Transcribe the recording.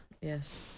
yes